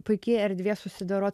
puiki erdvė susidorot